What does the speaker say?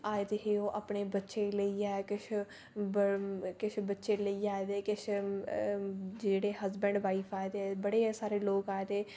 अपने बच्चें गी लेइयै किश बच्चे लेइयै बच्चे लेइयै आए दे हे किश जेह्ड़े हजबैंड वाइफ आए दे हे बड़े सारे लोक आए दे हे